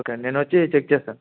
okay అండి నేనొచ్చి check చేస్తాను